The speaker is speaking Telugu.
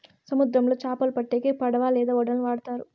సముద్రంలో చాపలు పట్టేకి పడవ లేదా ఓడలను వాడుతారు